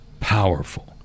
Powerful